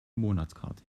monatskarte